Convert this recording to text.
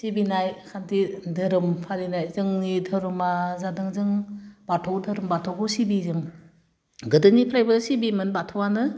सिबिनाय खान्थि धोरोम फालिनाय जोंनि धोरोमा जादों जों बाथौ धोरोम बाथौखौ सिबियो जों गोदोनिफ्रायबो सिबियोमोन बाथौयानो